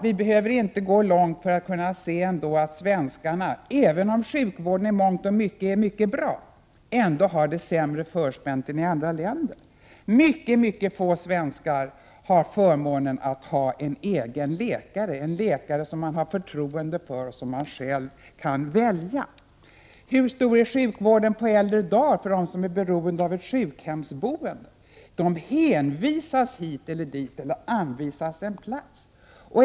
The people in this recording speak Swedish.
Vi behöver inte gå långt för att kunna se att svenskarna, även om sjukvården i mångt och mycket är mycket bra, har det sämre förspänt än människor i andra länder. Mycket få svenskar har förmånen att ha en egen läkare, en läkare som de har förtroende för och som de har valt själva. Hur är sjukvården på äldre dar för dem som är beroende av ett sjukhemsboende? De hänvisas hit eller dit eller anvisas en plats.